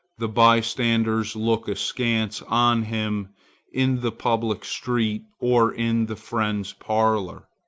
the by-standers look askance on him in the public street or in the friend's parlor.